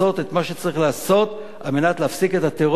מה שצריך לעשות על מנת להפסיק את הטרור.